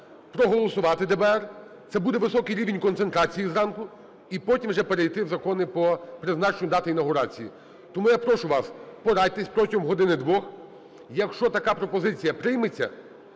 проголосувати ДБР, це буде високий рівень концентрації зранку, і потім вже перейти до Закону по призначенню дати інавгурації. Тому я прошу вас: порадьтеся протягом години-двох. Якщо така пропозиція прийметься,